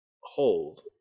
hold